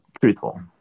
truthful